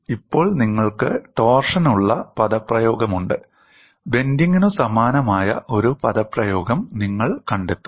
ഇപ്പോൾ നിങ്ങൾക്ക് ടോർഷനുള്ള പദപ്രയോഗമുണ്ട് ബെൻഡിങ്ങിനു സമാനമായ ഒരു പദപ്രയോഗം നിങ്ങൾ കണ്ടെത്തും